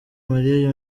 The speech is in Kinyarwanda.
mariya